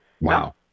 Wow